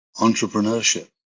entrepreneurship